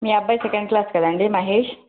మీ అబ్బాయి second class కదా అండి మహేష్